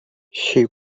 she